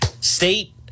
state